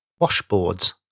washboards